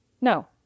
No